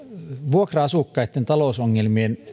vuokra asukkaitten talousongelmien